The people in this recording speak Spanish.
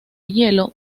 hielo